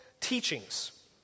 teachings